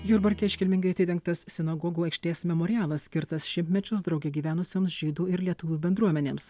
jurbarke iškilmingai atidengtas sinagogų aikštės memorialas skirtas šimtmečius drauge gyvenusioms žydų ir lietuvių bendruomenėms